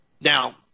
Now